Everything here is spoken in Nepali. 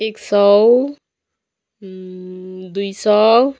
एक सौ दुई सौ